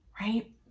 right